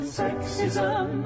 sexism